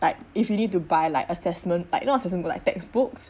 like if you need to buy like assessment type not assessment book like textbooks